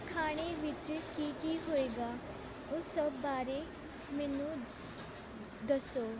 ਖਾਣੇ ਵਿੱਚ ਕੀ ਕੀ ਹੋਵੇਗਾ ਉਸ ਸਭ ਬਾਰੇ ਮੈਨੂੰ ਦੱਸੋ